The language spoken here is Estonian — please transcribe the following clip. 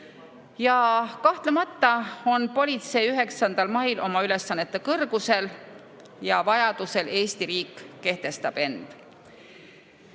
Ja kahtlemata on politsei 9. mail oma ülesannete kõrgusel ja vajaduse korral Eesti riik kehtestab end.